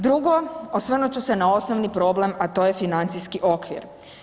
Drugo, osvrnut ću se na osnovni problem, a to je financijski okvir.